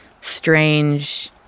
strange